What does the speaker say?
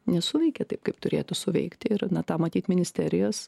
nesuveikė taip kaip turėtų suveikti ir na tą matyt ministerijos